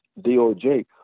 DOJ